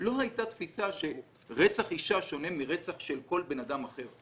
לא הייתה תפיסה שרצח אישה שונה מרצח של כל אדם אחר.